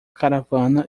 caravana